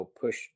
push